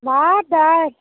বা তাই